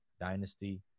dynasty